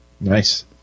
nice